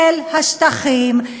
של השטחים.